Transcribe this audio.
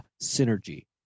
synergy